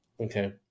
okay